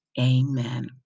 Amen